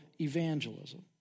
evangelism